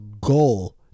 goal